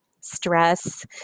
stress